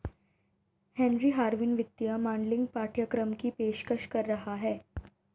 Henry Harvin वित्तीय modelling पाठ्यक्रम की पेशकश कर रहा हैं